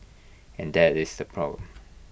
and that is the problem